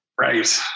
Right